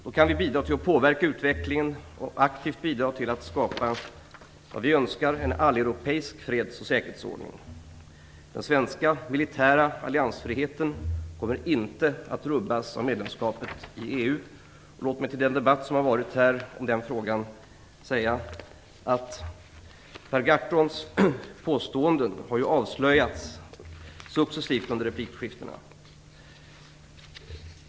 Då kan vi påverka utvecklingen och aktivt bidra till att skapa en sådan alleuropeisk freds och säkerhetsordning som vi önskar. Den svenska militära alliansfriheten kommer inte att rubbas av medlemskapet i EU. Låt mig med anledning av den debatt som har förts här i den frågan säga att Per Gahrtons påståenden successivt har blivit avslöjade under replikskiftena.